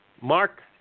Mark